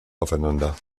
aufeinander